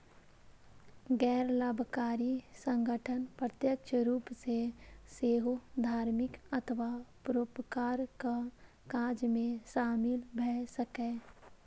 गैर लाभकारी संगठन प्रत्यक्ष रूप सं सेहो धार्मिक अथवा परोपकारक काज मे शामिल भए सकैए